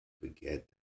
forget